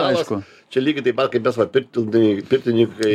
aišku čia lygiai taip pat kaip mes vat pirti pirtininkai